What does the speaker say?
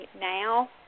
now